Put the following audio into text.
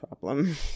problem